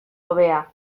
hobea